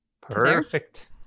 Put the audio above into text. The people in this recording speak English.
Perfect